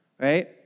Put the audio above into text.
right